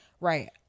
Right